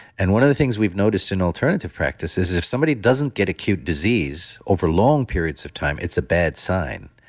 and one of the things we've noticed in alternative practices is if somebody doesn't get acute disease over long periods of time, it's a bad sign,